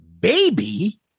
baby